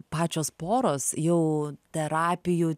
pačios poros jau terapijų